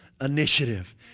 initiative